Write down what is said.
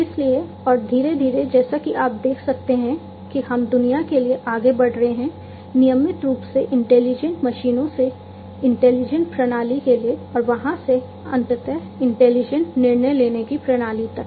इसलिए और धीरे धीरे जैसा कि आप देख सकते हैं कि हम दुनिया के लिए आगे बढ़ रहे हैं नियमित रूप से इंटेलिजेंट निर्णय लेने की प्रणाली तक